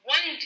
One